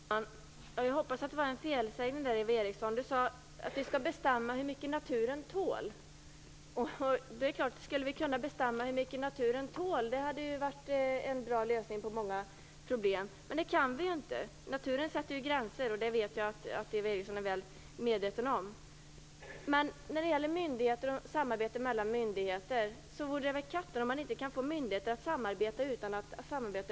Herr talman! Jag hoppas att Eva Eriksson gjorde en felsägning. Hon sade att vi skall bestämma hur mycket naturen tål. Skulle vi kunna bestämma hur mycket naturen tål hade det varit en bra lösning på många problem. Men det kan vi inte. Naturen sätter gränser. Det vet jag att Eva Eriksson är väl medveten om. När det gäller myndigheter och samarbete mellan myndigheter vore det väl katten om man inte kan få myndigheter att samarbeta utan ett storlän.